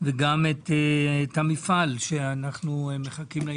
וגם את המפעל, שאנחנו מחכים.